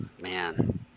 man